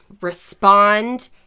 respond